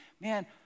Man